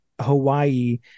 Hawaii